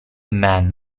man